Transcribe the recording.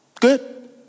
Good